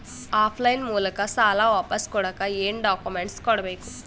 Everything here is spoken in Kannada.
ಆಫ್ ಲೈನ್ ಮೂಲಕ ಸಾಲ ವಾಪಸ್ ಕೊಡಕ್ ಏನು ಡಾಕ್ಯೂಮೆಂಟ್ಸ್ ಕೊಡಬೇಕು?